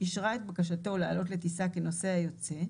יתיר לאותו אדם לעלות לטיסה כנוסע יוצא,